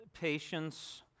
patience